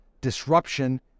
disruption